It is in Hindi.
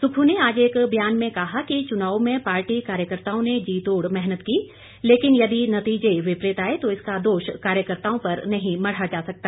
सुक्खू ने आज एक बयान में कहा कि चुनाव में पार्टी कार्यकर्ताओं ने जी तोड़ मेहनत की लेकिन यदि नतीजे विपरीत आए तो इसका दोष कार्यकर्ताओं पर नहीं मढ़ा जा सकता